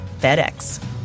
FedEx